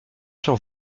sur